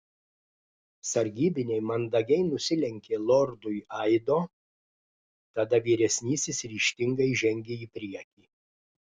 sargybiniai mandagiai nusilenkė lordui aido tada vyresnysis ryžtingai žengė į priekį